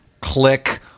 Click